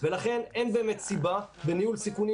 ולכן אין באמת סיבה בניהול סיכונים